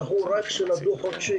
דחו רק את המע"מ הדו-חודשי.